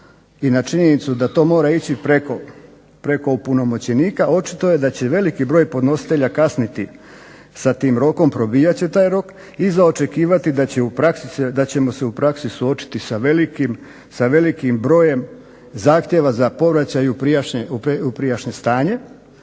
i na činjenicu da to mora ići preko opunomoćenika očito je da će veliki broj podnositelja kasniti sa tim rokom, probijat će taj rok i za očekivati da ćemo se u praksi suočiti sa velikim brojem zahtjeva za povraćaj u prijašnje stanje